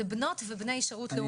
זה בנות ובני שירות לאומי.